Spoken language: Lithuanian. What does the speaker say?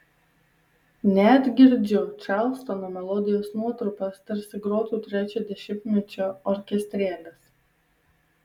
net girdžiu čarlstono melodijos nuotrupas tarsi grotų trečio dešimtmečio orkestrėlis